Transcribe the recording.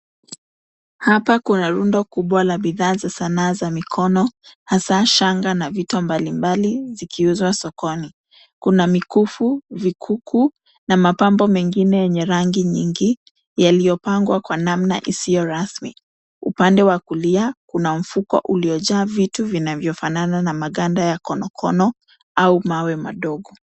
Hapa kuna rundo kubwa la bidhaa za sanaa za mikono, hasa shanga na vito mbalimbali zikiuzwa sokoni. Kuna mikufu, vikuku na mapambo mengine yenye rangi nyingi yaliyopangwa kwa namna isio rasmi. Upande wa kulia, kuna mfuko uliojaa vitu vinavyofanana na maganda ya konokono au mawe madogo.